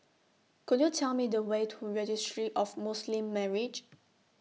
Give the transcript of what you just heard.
Could YOU Tell Me The Way to Registry of Muslim Marriages